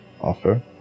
offer